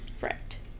Right